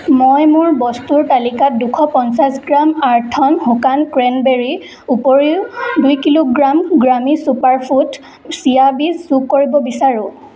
মই মোৰ বস্তুৰ তালিকাত দুশ পঞ্চাছ গ্ৰাম আৰ্থ'ন শুকান ক্ৰেনবেৰীৰ উপৰিও দুই কিলোগ্ৰাম গ্ৰামী চুপাৰফুড চিয়া বীজ যোগ কৰিব বিচাৰোঁ